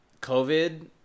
COVID